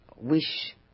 wish